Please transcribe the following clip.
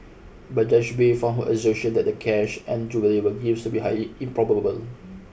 but Judge Bay found her assertion that the cash and jewellery were used to be high improbable